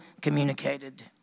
communicated